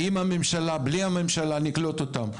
עם הממשלה או בלי הממשלה נקלוט אותם,